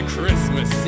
Christmas